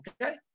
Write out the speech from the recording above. okay